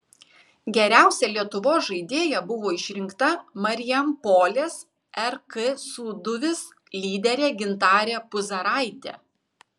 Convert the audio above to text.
geriausia lietuvos žaidėja buvo išrinkta marijampolės rk sūduvis lyderė gintarė puzaraitė